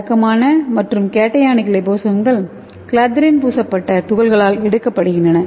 வழக்கமான மற்றும் கேஷனிக் லிபோசோம்கள் கிளாத்ரின் பூசப்பட்ட துகள்களால் எடுக்கப்படுகின்றன